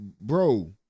Bro